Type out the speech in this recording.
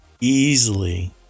easily